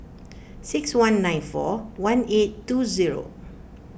six one nine four one eight two zero